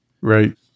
right